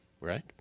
right